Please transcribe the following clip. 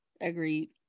agreed